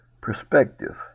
perspective